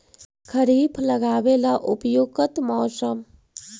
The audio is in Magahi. खरिफ लगाबे ला उपयुकत मौसम?